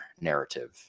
narrative